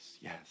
Yes